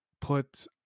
put